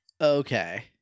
okay